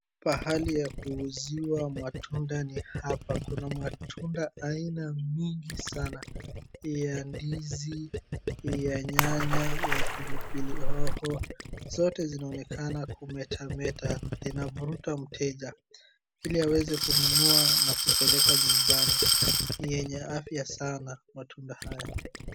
Pahali ya kuuziwa matunda ni hapa. Kuna matunda aina mingi sana. Ya ndizi, ya nyanya, ya pilipili hoho, zote zinaonekana kumetameta. Linavuruta mteja ili aweze kununua na kupeleka nyumbani. Ni yenye afya sana matunda haya.